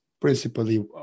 principally